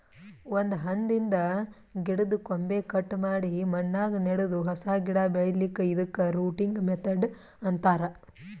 ಒಂದ್ ಹಣ್ಣಿನ್ದ್ ಗಿಡದ್ದ್ ಕೊಂಬೆ ಕಟ್ ಮಾಡಿ ಮಣ್ಣಾಗ ನೆಡದು ಹೊಸ ಗಿಡ ಬೆಳಿಲಿಕ್ಕ್ ಇದಕ್ಕ್ ರೂಟಿಂಗ್ ಮೆಥಡ್ ಅಂತಾರ್